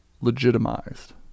legitimized